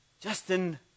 Justin